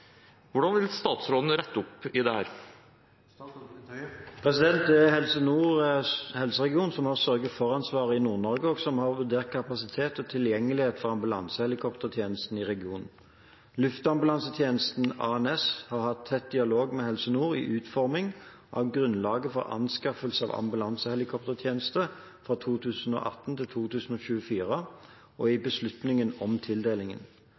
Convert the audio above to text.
Hvordan vil statsråden rette opp dette?» Det er Helse Nord RHF som har sørge-for-ansvaret i Nord-Norge, og som har vurdert kapasitet og tilgjengelighet for ambulansehelikoptertjenestene i regionen. Luftambulansetjenesten ANS har hatt tett dialog med Helse Nord i utforming av grunnlaget for anskaffelsen av ambulansehelikoptertjenester fra 2018 til 2024 og i beslutningen om